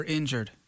injured